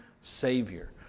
Savior